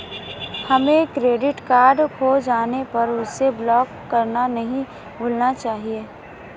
हमें credit card खो जाने पर उसे ब्लॉक करना नहीं भूलना चाहिए